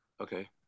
Okay